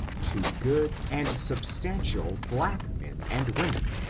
to good and substantial black men and women